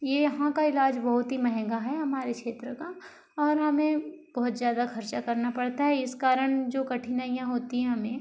ये यहाँ का इलाज बहुत ही महंगा है हमारे क्षेत्र का और हमें बहुत ज़्यादा खर्चा करना पड़ता है इस कारण जो कठिनाईयाँ होती हैं हमें